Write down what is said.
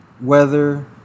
weather